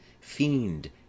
fiend